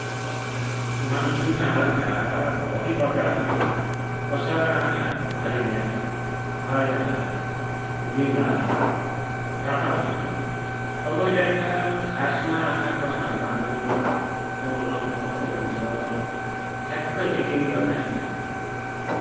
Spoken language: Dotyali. मान्सुनका आखाँ भौति प्रकारका हुनान् । कसैका आखा हरिया, खैरा, नीला, राता हुनान् । तबैकी लेखा आखाँ खासमा कसा हु्नान् तनरो रङ कसो हुन्छ, ठ्याक्कै यकिन गरि नाइ सकिनो ।